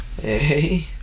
Hey